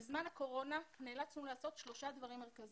בזמן הקורונה נאלצנו לעשות שלושה דברים מרכזיים.